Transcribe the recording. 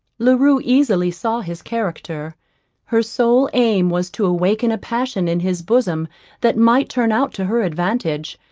la rue easily saw his character her sole aim was to awaken a passion in his bosom that might turn out to her advantage,